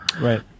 Right